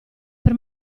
per